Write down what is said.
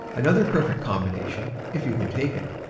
another perfect combination, if you can take it,